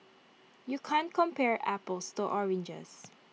you can't compare apples to oranges